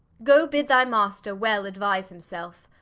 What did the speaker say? goe bid thy master well aduise himselfe.